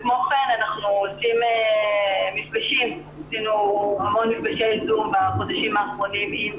עשינו המון מפגשי זום בחודשים האחרונים עם